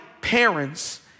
parents